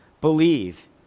believe